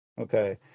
Okay